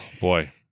boy